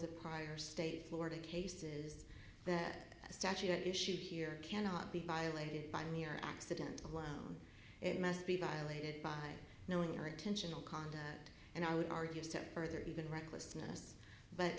the prior state florida cases that statue at issue here cannot be violated by mere accident alone it must be violated by knowing or intentional conduct and i would argue step further even recklessness but